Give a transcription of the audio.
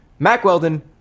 MacWeldon